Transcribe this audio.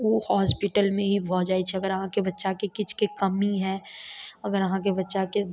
ओ हॉस्पिटलमे ही भऽ जाइ छै अगर आहाँके बच्चाके किछुके कमी हइ अगर आहाँके बच्चाके